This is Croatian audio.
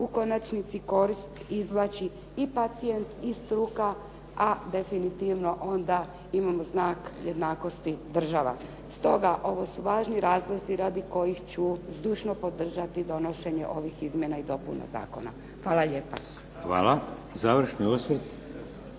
u konačnici korist izvlači i pacijent i struka a definitivno onda imamo znak jednakosti država. Stoga ovo su važni razlozi radi kojih ću zdušno podržati donošenje ovih izmjena i dopuna zakona. Hvala lijepa. **Šeks,